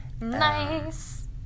Nice